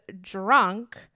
drunk